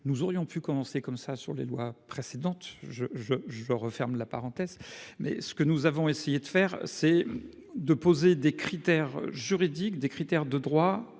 nous aurions pu commencer comme ça sur les lois précédentes. Je je je referme la parenthèse mais ce que nous avons essayé de faire c'est de poser des critères juridiques des critères de droit